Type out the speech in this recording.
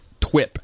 twip